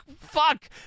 fuck